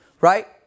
Right